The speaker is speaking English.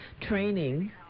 training